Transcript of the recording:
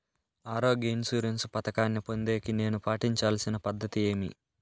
ఆరోగ్య ఇన్సూరెన్సు పథకాన్ని పొందేకి నేను పాటించాల్సిన పద్ధతి ఏమి?